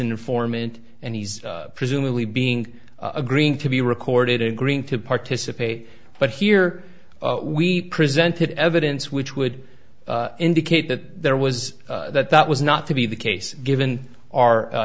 informant and he's presumably being agreeing to be recorded agreeing to participate but here we presented evidence which would indicate that there was that that was not to be the case given our